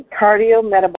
cardiometabolic